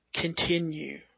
continue